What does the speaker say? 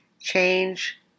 change